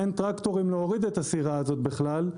אין טרקטורים להוריד את הסירה הזאת בכלל.